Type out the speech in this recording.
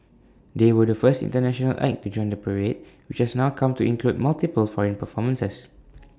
they were the first International act to join the parade which has now come to include multiple foreign performances